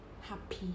happy